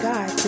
God